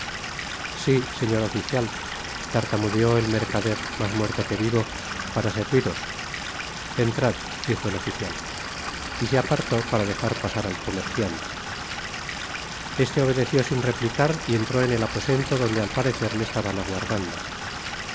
sí señor oficial tartamudeó el mercader mas muerto que vivo para serviros eatrad dijo el oficial y se apartó para dejar pasar al comerciante este obedeció sin replicar y entró en el aposento donde al parecer le estaban aguardando